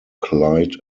clyde